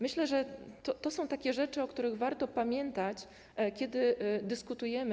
Myślę, że to są rzeczy, o których warto pamiętać, kiedy dyskutujemy.